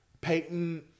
Peyton